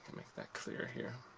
make that clear here